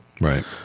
right